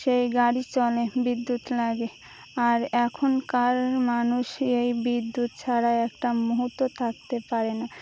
সেই গাড়ি চলে বিদ্যুৎ লাগে আর এখনকার মানুষ এই বিদ্যুৎ ছাড়া একটা মুহূর্ত থাকতে পারে না